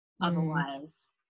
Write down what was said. Otherwise